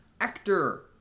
actor